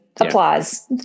applause